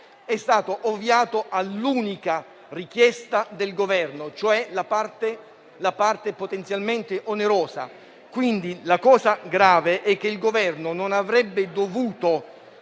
è stato ovviato all'unica richiesta del Governo, cioè la parte potenzialmente onerosa. L'aspetto grave è che il Governo non avrebbe dovuto